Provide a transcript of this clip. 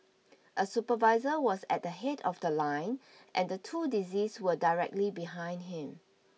a supervisor was at the head of the line and the two deceased were directly behind him